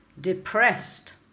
Depressed